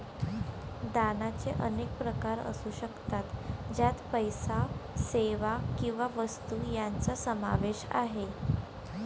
दानाचे अनेक प्रकार असू शकतात, ज्यात पैसा, सेवा किंवा वस्तू यांचा समावेश आहे